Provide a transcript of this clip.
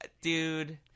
Dude